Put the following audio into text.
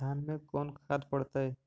धान मे कोन खाद पड़तै?